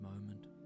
moment